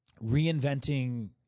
reinventing